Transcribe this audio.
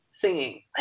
singing